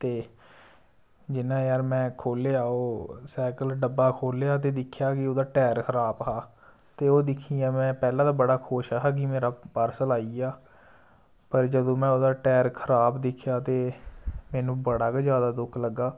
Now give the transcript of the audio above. ते जिन्ना यार में खोल्लेआ ओह् सैकल डब्बा खोल्लेआ ते दिक्खेआ कि ओह्दा टैर खराब हा ते ओह् दिक्खियै में पहलें बड़ा खुश हा कि मेरा पार्सल आई गेआ पर जंदू में ओहदा टैर खराब दिक्खेया ते मैन्नू बड़ा गै जैदा दुख लग्गा